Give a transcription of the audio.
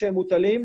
כשהם מוטלים,